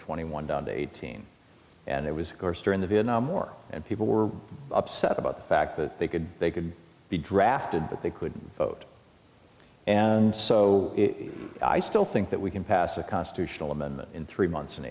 twenty one eighteen and it was during the vietnam war and people were upset about the fact that they could they could be drafted but they couldn't vote and so i still think that we can pass a constitutional amendment in three months